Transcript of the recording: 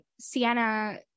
Sienna